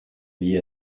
wie